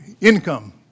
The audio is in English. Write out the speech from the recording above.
income